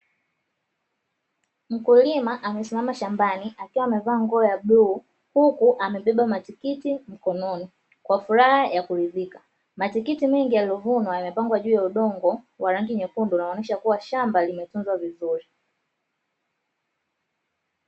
Mkulima amesimama shambani akiwa amevaa nguo ya bluu, huku amebeba matikiti mkononi kwa furaha ya kuridhika. Matikiti mengi yaliyovunwa yamepangwa juu ya udongo wa rangi nyekundu, unaonesha kuwa shamba limetunzwa vizuri.